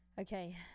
okay